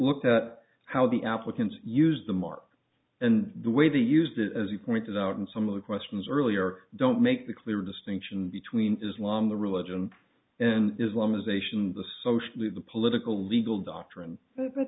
looked at how the applicants used the mark and the way they used it as he pointed out in some of the questions earlier don't make the clear distinction between islam the religion and islamization the socially the political legal doctrine the th